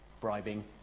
Bribing